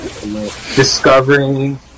discovering